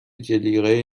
جلیقه